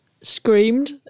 Screamed